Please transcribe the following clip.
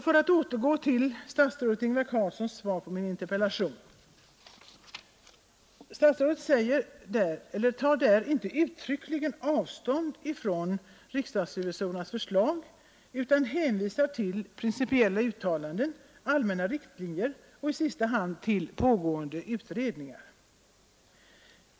För att återgå till statsrådet Ingvar Carlssons svar på min interpellation tar statsrådet där inte uttryckligen avstånd från riksdagsrevisorernas förslag utan hänvisar till principiella uttalanden, allmänna riktlinjer och i sista hand pågående utredningar.